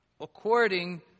According